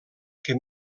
que